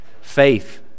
Faith